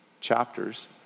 chapters